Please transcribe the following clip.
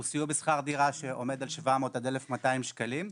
הוא סיוע בשכר דירה שעומד על 1,200-700 שקלים.